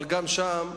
אבל גם שם,